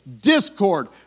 discord